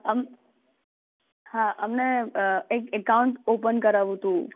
અમ અમને હા એક એકાઉન્ટ ઓપન કરાવવું હતું